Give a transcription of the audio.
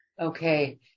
okay